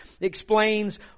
explains